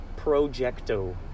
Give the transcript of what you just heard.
Projecto